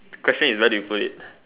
question is where did you put it